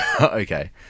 Okay